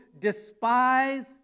despise